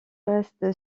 reste